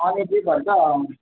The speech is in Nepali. अनि के भन्छ